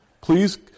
Please